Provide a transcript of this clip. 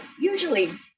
usually